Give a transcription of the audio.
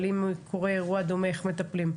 אבל אם קורה אירוע דומה איך מטפלים.